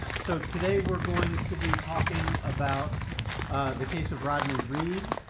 so today we're going to be talking about the case of rodney reed.